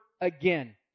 again